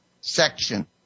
section